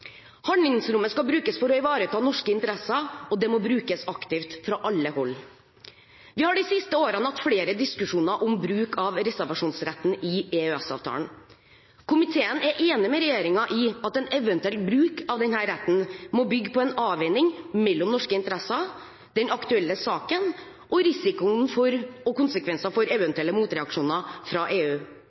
Handlingsrommet skal brukes for å ivareta norske interesser, og det må brukes aktivt fra alle hold. Vi har de siste årene hatt flere diskusjoner om bruk av reservasjonsretten i EØS-avtalen. Komiteen er enig med regjeringen i at en eventuell bruk av denne retten må bygge på en avveining mellom norske interesser, den aktuelle saken og risikoen for og konsekvensene av eventuelle motreaksjoner fra EU.